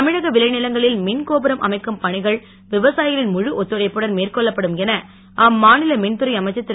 தமிழக விளைநிலங்களில் மின் கோபுரம் அமைக்கும் பணிகள் விவசாயிகளின் முழு ஒத்துழைப்புடன் மேற்கொள்ளப்படும் என அம்மாநில மின்துறை அமைச்சர் திரு